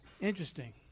Interesting